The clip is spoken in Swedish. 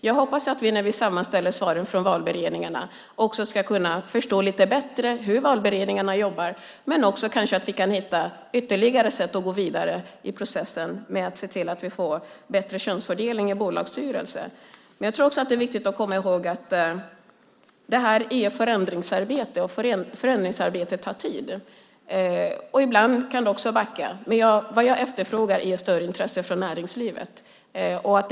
Jag hoppas att vi när vi sammanställer svaren från valberedningarna ska kunna förstå lite bättre hur valberedningarna jobbar, men också att vi kanske kan hitta ytterligare sätt att gå vidare i processen med att se till att vi får bättre könsfördelning i bolagsstyrelser. Men jag tror också att det är viktigt att komma ihåg att det här är ett förändringsarbete och att förändringsarbete tar tid. Ibland kan det också backa. Men vad jag efterfrågar är ett större intresse från näringslivet.